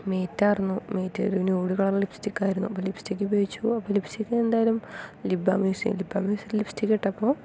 mate ആയിരുന്നു matte ഒരു nude colour lipstick ആയിരുന്നു അപ്പം ലിപ്സ്റ്റിക് ഉപയോഗിച്ചു അപ്പം ലിപ്സ്റ്റിക് എന്തായാലും ലിപ് ബാം യൂസ് ചെയ്തു ലിപ് ബാം യൂസ് ചെയ്ത് ലിപ്സ്റ്റിക്ക് ഇട്ടപ്പോൾ